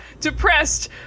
depressed